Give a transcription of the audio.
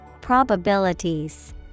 Probabilities